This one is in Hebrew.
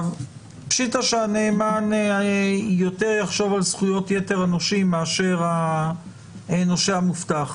פשיטה שהנאמן יותר יחשוב על זכויות יתר הנושים מאשר הנושה המובטח.